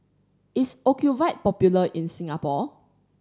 is Ocuvite popular in Singapore